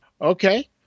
Okay